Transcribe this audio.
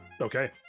okay